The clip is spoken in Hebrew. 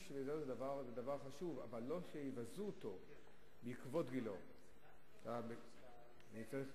דבר שפרסומו עלול להשפיל אדם בעיני הבריות